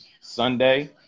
Sunday